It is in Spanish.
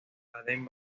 baden